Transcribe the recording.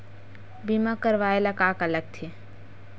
बीमा करवाय ला का का लगथे?